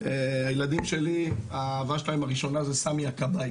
הילדים שלי האהבה שלהם הראשונה זה סמי הכבאי.